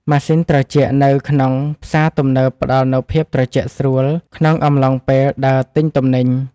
ម៉ាស៊ីនត្រជាក់នៅក្នុងផ្សារទំនើបផ្ដល់នូវភាពត្រជាក់ស្រួលក្នុងអំឡុងពេលដើរទិញទំនិញ។